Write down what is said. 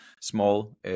small